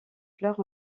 fleurs